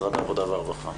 במשרד העבודה והרווחה.